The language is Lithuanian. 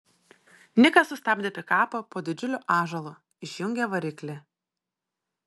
nikas sustabdė pikapą po didžiuliu ąžuolu išjungė variklį